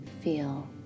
feel